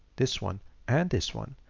this one and this one,